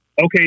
okay